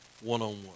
one-on-one